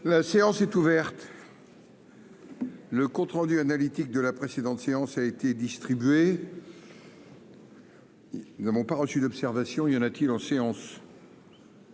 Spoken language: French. La séance est ouverte. Le compte rendu analytique de la précédente séance a été distribué. Nous n'avons pas reçu d'observation, il y en a-t-il en séance.